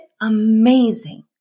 amazing